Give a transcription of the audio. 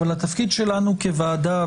אבל התפקיד שלנו כוועדה,